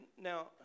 now